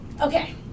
Okay